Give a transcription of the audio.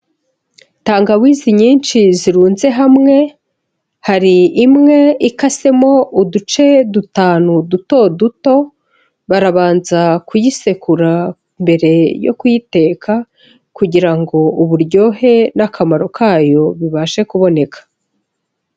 Tangawizi nyinshi zirunze hamwe, hari imwe ikasemo uduce dutanu duto duto, barabanza kuyisekura mbere yo kuyiteka kugira ngo uburyohe n'akamaro kayo bibashe kuboneka.